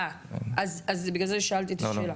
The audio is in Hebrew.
אה, אז בגלל זה שאלתי את השאלה.